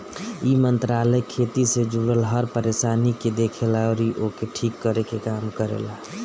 इ मंत्रालय खेती से जुड़ल हर परेशानी के देखेला अउरी ओके ठीक करे के काम करेला